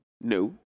No